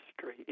Street